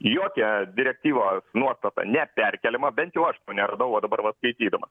jokia direktyva nuostata neperkeliama bent jau aš to neradau va dabar va skaitydamas